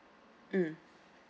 mm